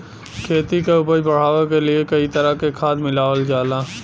खेती क उपज बढ़ावे क लिए कई तरह क खाद मिलावल जाला